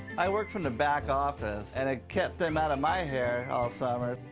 i work from the back office, and it kept him out of my hair all summer.